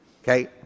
Okay